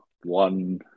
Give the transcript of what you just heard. one